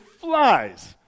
flies